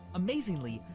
amazingly,